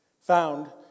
found